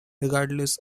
regardless